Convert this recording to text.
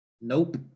Nope